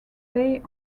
lay